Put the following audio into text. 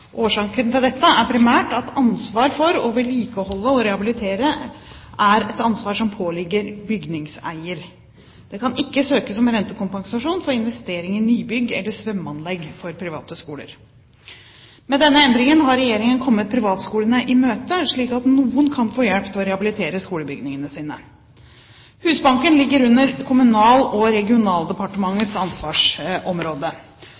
Årsaken til dette er primært at ansvaret for å vedlikeholde og rehabilitere påligger bygningseier. Det kan ikke søkes om rentekompensasjon for investering i nybygg eller svømmeanlegg for private skoler. Med denne endringen har Regjeringen kommet privatskolene i møte, slik at noen kan få hjelp til å rehabilitere skolebygningene sine. Husbanken ligger under Kommunal- og